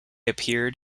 appeared